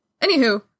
Anywho